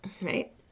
Right